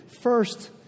First